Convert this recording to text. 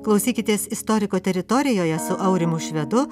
klausykitės istoriko teritorijoje su aurimu švedu